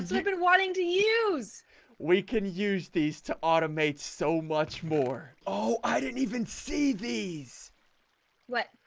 we've been wanting to use we can use these to automate so much more. oh, i didn't even see these what.